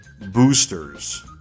boosters